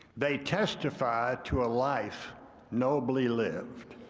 they testified to a life nobly lived.